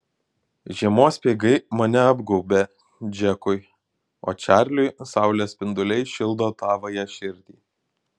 žiemos speigai mane apgaubia džekui o čarliui saulės spinduliai šildo tavąją širdį